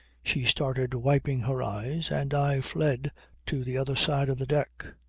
she started wiping her eyes and i fled to the other side of the deck.